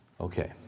Okay